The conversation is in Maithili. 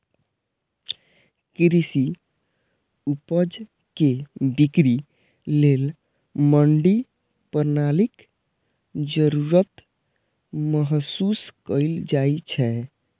कृषि उपज के बिक्री लेल मंडी प्रणालीक जरूरत महसूस कैल जाइ छै